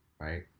right